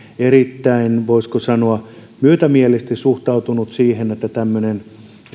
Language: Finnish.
erittäin voisiko sanoa myötämielisesti suhtautunut siihen että tämmöinen